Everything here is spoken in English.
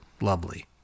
lovely